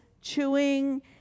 chewing